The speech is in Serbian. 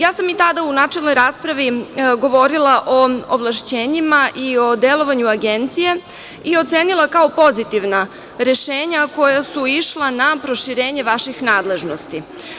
Ja sam i tada u načelnoj raspravi govorila o ovlašćenjima i o delovanju Agencije i ocenila kao pozitivna rešenja koja su išla na proširenje vaših nadležnosti.